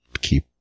keep